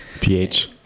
PH